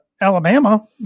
Alabama